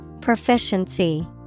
Proficiency